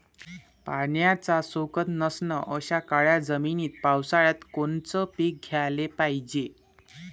पाण्याचा सोकत नसन अशा काळ्या जमिनीत पावसाळ्यात कोनचं पीक घ्याले पायजे?